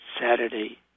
Saturday